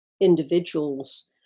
individuals